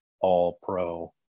all-pro